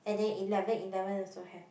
and then eleven eleven also have